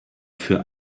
für